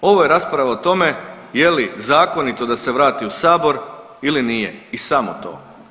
Ovo je rasprava o tome je li zakonito da se vrati u sabor ili nije i samo to.